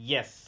Yes